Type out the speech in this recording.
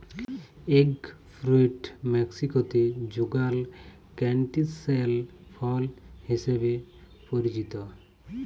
egg fruit মেক্সিকোতে যুগাল canistel ফল হিসেবে পরিচিত